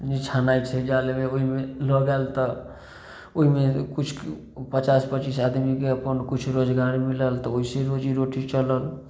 जे छनाय छै जालमे ओहिमे लऽ गेल तऽ ओहिमे किछु पचास पचीस आदमीके अपन किछु रोजगार मिलल तऽ ओहिसऽ रोजीरोटी चलल